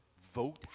vote